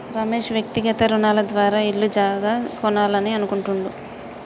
రమేష్ వ్యక్తిగత రుణాల ద్వారా ఇల్లు జాగా కొనాలని అనుకుంటుండు